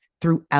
throughout